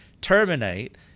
terminate